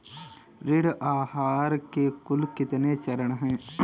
ऋण आहार के कुल कितने चरण हैं?